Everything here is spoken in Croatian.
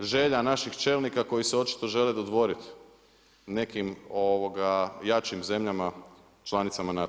želja naših čelnika koji se očito žele dodvoriti nekim jačim zemljama članicama NATO-a?